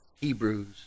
Hebrews